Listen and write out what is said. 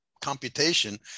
computation